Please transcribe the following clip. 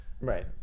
right